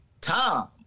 Tom